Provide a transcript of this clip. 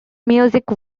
music